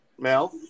Mel